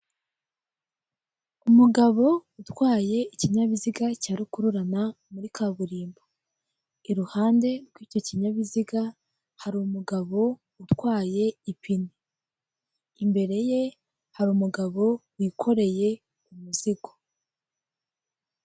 Umugabo utwaye ikinyabiziga cya rukururana muri kaburimbo. Iruhande rwicyo kinyabiziga hari umugabo utwaye ipine. Imbere ye hari umugabo wikoreye umuzigo.